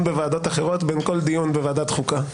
בוועדות אחרות בין כל דיון בוועדת חוקה.